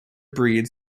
breeds